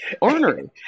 Ornery